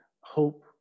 hope